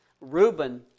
Reuben